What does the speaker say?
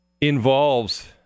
involves